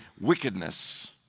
wickedness